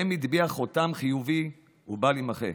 שבהם הטביע חותם חיובי ובל יימחה,